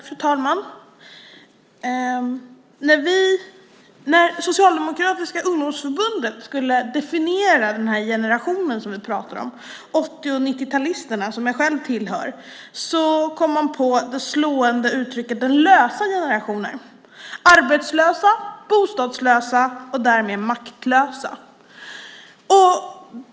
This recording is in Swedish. Fru talman! När Socialdemokratiska Ungdomsförbundet skulle definiera den generation vi pratar om, åttio och nittiotalisterna, som jag själv tillhör, kom man på det slående uttrycket "den lösa generationen". Arbetslösa, bostadslösa och därmed maktlösa.